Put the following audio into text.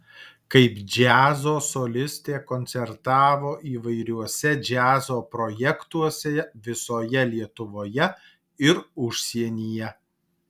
kaip džiazo solistė koncertavo įvairiuose džiazo projektuose visoje lietuvoje ir užsienyje